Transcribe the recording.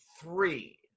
three